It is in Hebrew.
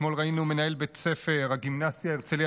אתמול ראינו את מנהל בית הספר הגימנסיה הרצליה